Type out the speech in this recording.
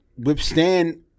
withstand